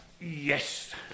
yes